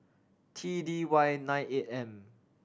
T D Y nine eight M